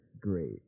great